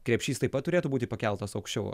krepšys taip pat turėtų būti pakeltas aukščiau